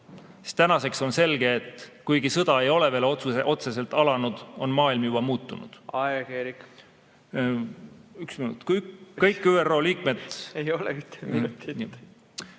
siis tänaseks on selge, et kuigi sõda ei ole veel otseselt alanud, on maailm juba muutunud. Aeg, Eerik! Aeg, Eerik! Üks minut. Kõik ÜRO liikmed ... Ei ole ühte minutit.